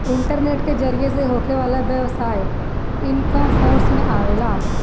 internet के जरिया से होखे वाला व्यवसाय इकॉमर्स में आवेला